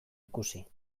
ikusi